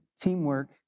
teamwork